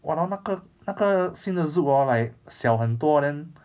!walao! 那个那个新的 zouk hor like 小很多 then